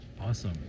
Awesome